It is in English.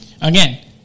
again